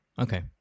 Okay